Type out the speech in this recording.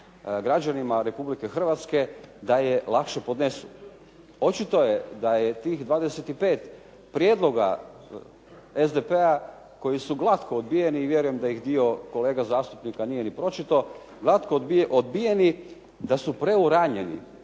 građanima Republike Hrvatske da je lakše podnesu. Očito je da je tih 25 prijedloga SDP-a koji su glatko odbijeni i vjerujem da ih dio kolega zastupnika nije ni pročitao da su glatko odbijeni da su preuranjeni.